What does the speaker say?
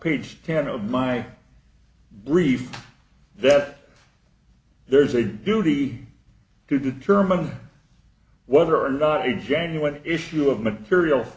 page scan of my brief that there is a duty to determine whether or not a genuine issue of material